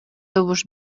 добуш